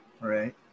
Right